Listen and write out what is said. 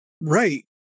right